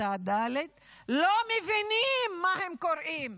בכיתה ד' לא מבינים מה הם קוראים,